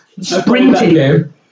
sprinting